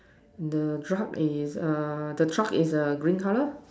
the truck is a the truck is a green color